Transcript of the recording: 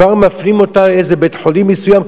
כבר מפנים אותה לאיזה בית-חולים מסוים,